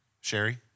Sherry